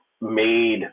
made